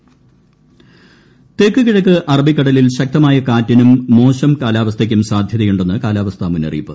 മത്സ്യത്തൊഴിലാളി ജാഗ്രത തെക്ക് കിഴക്ക് അറബിക്കടലിൽ ശക്തമായ കാറ്റിനും മോശം കാലാവസ്ഥയ്ക്കും സാധ്യതയുണ്ടെന്ന് കാലാവസ്ഥാ മുന്നറിയിപ്പ്